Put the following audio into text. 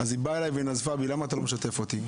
היא נזפה בי למה אני לא משתף אותה.